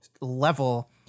level